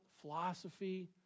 philosophy